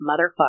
motherfucker